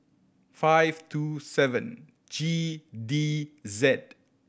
five two seven G D Z